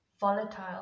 volatile